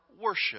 worship